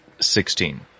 Sixteen